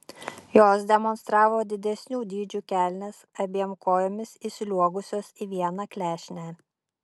jos demonstravo didesnių dydžių kelnes abiem kojomis įsliuogusios į vieną klešnę